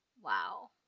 Wow